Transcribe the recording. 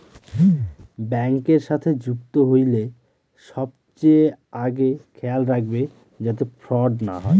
ব্যাঙ্কের সাথে যুক্ত হইলে সবচেয়ে আগে খেয়াল রাখবে যাতে ফ্রড না হয়